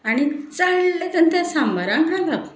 आनी चळ्ळ करून ते सामारांत घालप